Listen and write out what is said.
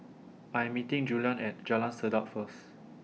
I Am meeting Juliann At Jalan Sedap First